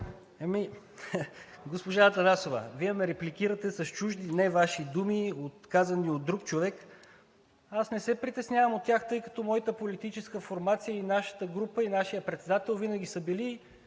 Госпожо Атанасова, Вие ме репликирате с чужди, не Ваши думи, казани от друг човек. Аз не се притеснявам от тях, тъй като моята политическа формация, нашата група и нашият председател винаги са били